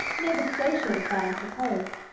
nova scotia is that, i suppose.